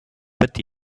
peut